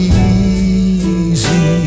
easy